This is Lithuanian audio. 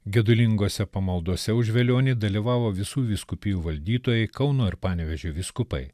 gedulingose pamaldose už velionį dalyvavo visų vyskupijų valdytojai kauno ir panevėžio vyskupai